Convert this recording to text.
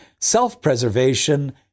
self-preservation